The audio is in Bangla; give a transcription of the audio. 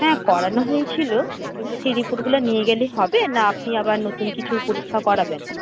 হ্যাঁ করানো হয়েছিল কিন্তু সেই রিপোর্টগুলো নিয়ে গেলে হবে না আপনি আবার নতুন কিছু পরীক্ষা করাবেন